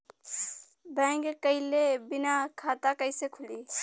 Bank गइले बिना खाता कईसे खुली?